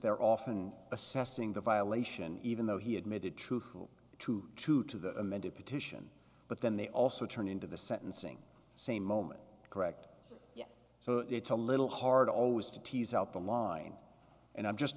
they're often assessing the violation even though he admitted truthful to true to the amended petition but then they also turn into the sentencing same moment correct yes so it's a little hard always to tease out the line and i'm just